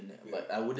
ya